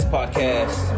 Podcast